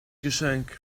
geschenk